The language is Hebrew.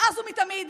מאז ומתמיד,